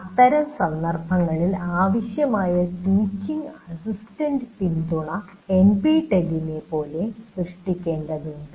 അത്തരം സന്ദർഭങ്ങളിൽ ആവശ്യമായ ടീച്ചിംഗ് അസിസ്റ്റൻറ് പിന്തുണ എൻപിടിഎൽനേ പോലെ സൃഷ്ടിക്കേണ്ടതുണ്ട്